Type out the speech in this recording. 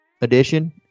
edition